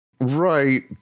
Right